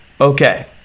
Okay